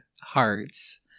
hearts